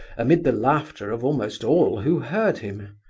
amid the laughter of almost all who heard him.